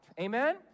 amen